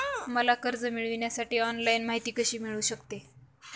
मला कर्ज मिळविण्यासाठी ऑनलाइन माहिती कशी मिळू शकते?